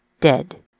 Dead